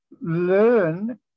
learn